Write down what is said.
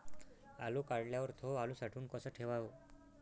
आलू काढल्यावर थो आलू साठवून कसा ठेवाव?